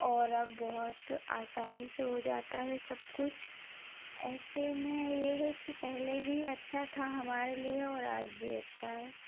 और अब बहुत आसानी से हो जाता है सब कुछ ऐसे में ये है कि पहले भी अच्छा था हमारे लिए और आज भी अच्छा है